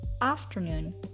afternoon